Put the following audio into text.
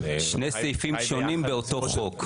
שני סעיפים שונים באותו חוק.